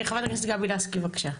חברת הכנסת גבי לסקי, בקשה.